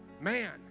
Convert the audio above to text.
man